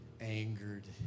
angered